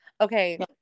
Okay